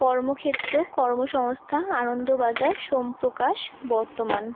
কর্মক্ষেত্র কর্মসংস্থান আনন্দবাজার সোমপ্রকাশ বর্তমান